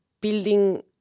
building